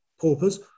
paupers